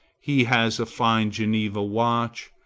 he has a fine geneva watch,